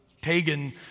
pagan